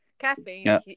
Caffeine